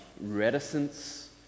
reticence